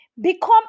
Become